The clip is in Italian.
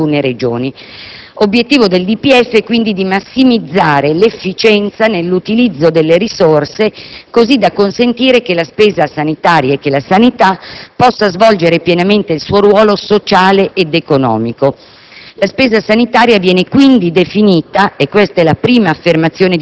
all'elevata spesa farmaceutica che riguarda in modo particolare alcune Regioni. Obiettivo del DPEF è quindi quello di massimizzare l'efficienza nell'utilizzo delle risorse, così da far sì che la sanità possa svolgere pienamente il suo ruolo sociale ed economico.